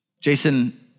Jason